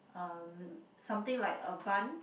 um something like a bun